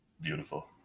Beautiful